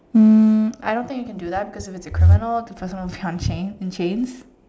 um I don't think you can do that because if it's a criminal the person will be on chains in chains